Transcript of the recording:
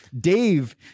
dave